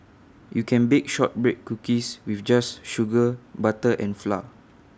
you can bake Shortbread Cookies just with sugar butter and flour